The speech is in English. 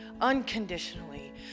unconditionally